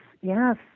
yes